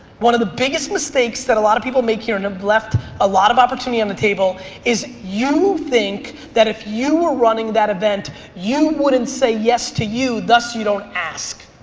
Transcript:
one of the biggest mistakes that a lot of people make here and have left a lot of opportunity on the table is you think that if you were running that event you wouldn't say yes to you thus you don't ask.